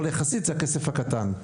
אבל יחסית זה הכסף הקטן.